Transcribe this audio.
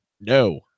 no